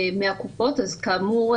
מהקופות אז כאמור,